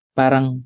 parang